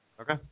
Okay